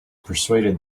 persuaded